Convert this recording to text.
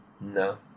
No